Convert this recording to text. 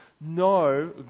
No